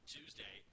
Tuesday